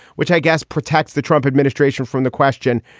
which i guess protects the trump administration from the question.